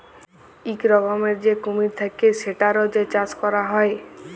ইক রকমের যে কুমির থাক্যে সেটার যে চাষ ক্যরা হ্যয়